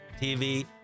tv